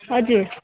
हजुर